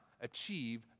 achieve